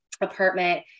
apartment